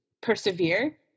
persevere